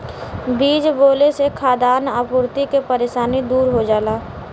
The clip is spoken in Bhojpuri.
बीज बोले से खाद्यान आपूर्ति के परेशानी दूर हो जाला